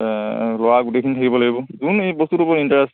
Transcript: ল'ৰা গোটেইখিনি থাকিব লাগিব যোন এই বস্তুটোৰ ওপৰত ইণ্টাৰেষ্ট